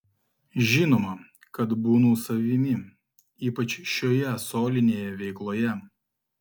žinoma kad būnu savimi ypač šioje solinėje veikloje